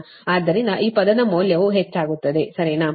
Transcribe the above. ಆದ್ದರಿಂದ ಈ ಪದದ ಮೌಲ್ಯವು ಹೆಚ್ಚಾಗುತ್ತದೆ ಸರಿನಾ